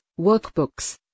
workbooks